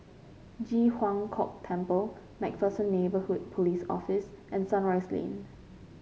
Ji Huang Kok Temple MacPherson Neighbourhood Police Office and Sunrise Lane